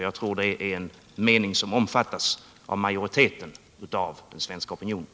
Jag tror det är en mening som omfattas av majoriteten av den svenska opinionen.